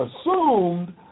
assumed